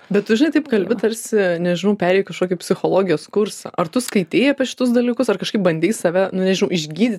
bet tu žinai taip kalbi tarsi nežinau perėjai kažkokį psichologijos kursą ar tu skaitei apie šitus dalykus ar kažkaip bandei save nu nežinau išgydyt